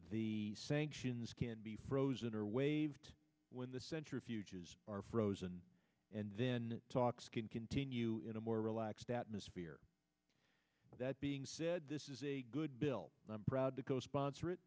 the sanctions can be frozen or waived when the centrifuges are frozen and then talks can continue in a more relaxed atmosphere that being said this is a good bill and i'm proud to co sponsor